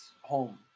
home